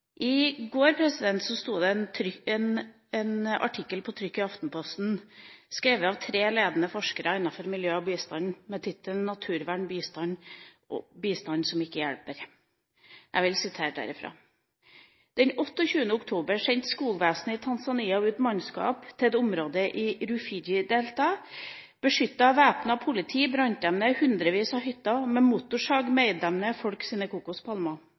I går sto det en artikkel på trykk i Aftenposten, skrevet at tre ledende forskere innenfor miljø og bistand, med tittelen «Naurvern, bistand som ikke hjelper». Jeg vil sitere derfra: «28. oktober sendte skogvesenet i Tanzania ut mannskap til et område i Rufiji-deltaet. Beskyttet av væpnet politi brant de ned hundrevis av hytter, og med motorsag meide de ned folks kokospalmer med